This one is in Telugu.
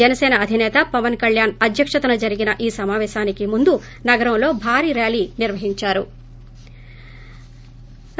జనసేన అధినేత పవన్ కళ్యాణ్ అధ్యక్షతన జరిగిన ఈ సమాపేశానికి ముందు నగరంలో భారీ ర్యాలీ నిర్వహించారు